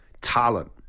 talent